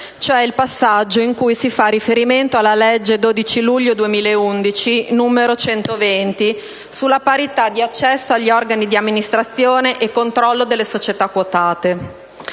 cioè il passaggio in cui si fa riferimento alla legge 12 luglio 2011, n. 120, sulla parità di accesso agli organi di amministrazione e controllo delle società quotate.